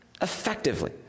effectively